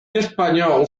español